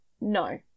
No